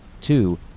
Two